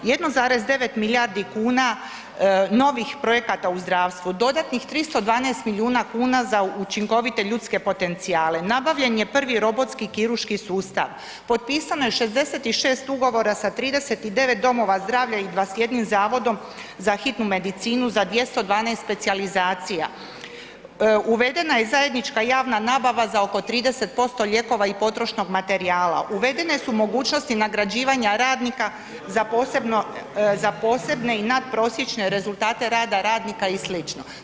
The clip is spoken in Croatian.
1,9 milijardi kuna novih projekata u zdravstvu, dodatnih 312 milijuna kuna za učinkovite ljudske potencijale, nabavljen je prvi robotski kirurški sustav, potpisano je 66 ugovora sa 39 domova zdravlja i 21 zavodom za hitnu medicinu za 212 specijalizacija, uvedena je zajednička javna nabava za oko 30% lijekova i potrošnog materijala, uvedene su mogućnosti nagrađivanja radnika za posebne i natprosječne rezultate rada radnika i slično.